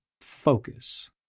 Focus